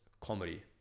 comedy